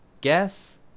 Guess